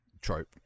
trope